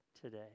today